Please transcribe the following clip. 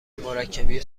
مرکبی